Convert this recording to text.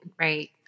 Right